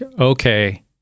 okay